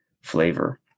flavor